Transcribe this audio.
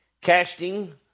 casting